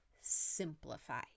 simplify